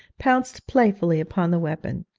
pounced playfully upon the weapon.